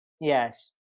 Yes